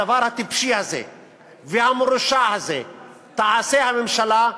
הדבר הטיפשי הזה והמרושע הזה תעשה הממשלה,